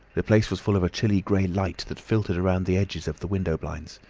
the place was full of a chilly grey light that filtered round the edges of the window blinds.